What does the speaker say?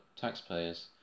taxpayers